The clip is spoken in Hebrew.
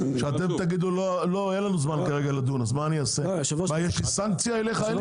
שתגידו: אין לי זמן לדון אז אין לי שום סנקציה.